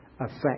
affect